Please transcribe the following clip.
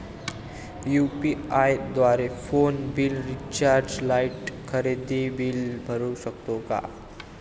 UPI द्वारे phone bill, recharge, light, खरेदी bill भरू शकतो का?